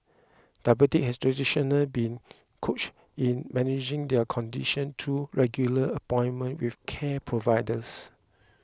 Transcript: diabetics have traditionally been coached in managing their condition through regular appointments with care providers